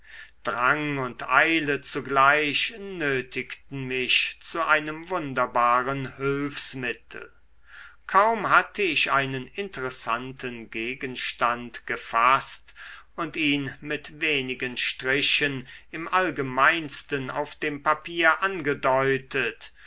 drang und eile zugleich nötigten mich zu einem wunderbaren hülfsmittel kaum hatte ich einen interessanten gegenstand gefaßt und ihn mit wenigen strichen im allgemeinsten auf dem papier angedeutet